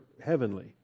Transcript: heavenly